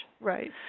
Right